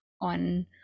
on